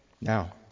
Now